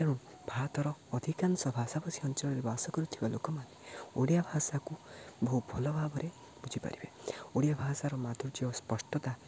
ତେଣୁ ଭାରତର ଅଧିକାଂଶ ଭାଷାଭାଷୀ ଅଞ୍ଚଳରେ ବାସ କରୁଥିବା ଲୋକମାନେ ଓଡ଼ିଆ ଭାଷାକୁ ବହୁ ଭଲ ଭାବରେ ବୁଝିପାରିବେ ଓଡ଼ିଆ ଭାଷାର ମାଧୁର୍ଯ୍ୟ୍ୟ ଓ ସ୍ପଷ୍ଟତା